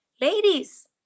ladies